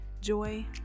joy